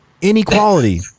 Inequality